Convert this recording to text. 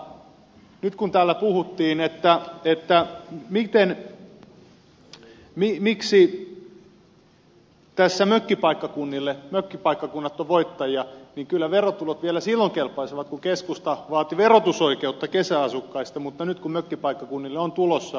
toisaalta nyt kun täällä puhuttiin miksi tässä mökkipaikkakunnat ovat voittajia niin kyllä verotulot vielä silloin kelpasivat kun keskusta vaati verotusoikeutta kesäasukkaista mutta nyt kun mökkipaikkakunnille on tulossa